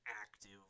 active